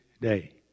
day